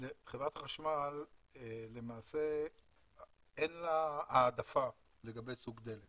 לחברת החשמל למעשה אין העדפה לגבי סוג דלק